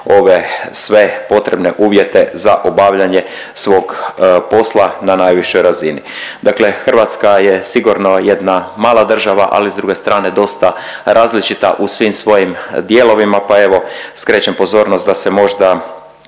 sve potrebne uvjete za obavljanje svog posla na najvišoj razini. Dakle, Hrvatska je sigurno jedna mala država, ali s druge strane dosta različita u svim svojim dijelovima, pa evo skrećem pozornost da se možda